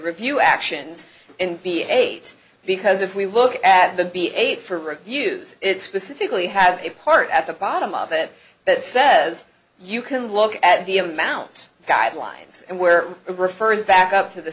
review actions and be eight because if we look at the b eight for abuse it specifically has a part at the bottom of it that says you can look at the amount guidelines and where refers back up to the